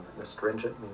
astringent